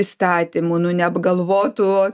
įstatymų nu neapgalvotų